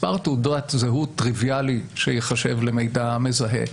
מספר תעודת זהות, טריוויאלי שייחשב למידע מזהה,